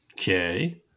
Okay